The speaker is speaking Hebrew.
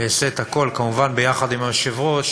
אעשה את הכול, כמובן יחד עם היושב-ראש,